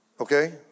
Okay